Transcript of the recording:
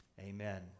Amen